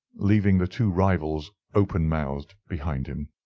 leaving the two rivals open-mouthed behind him.